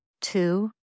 Two